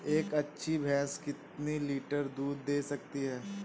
एक अच्छी भैंस कितनी लीटर दूध दे सकती है?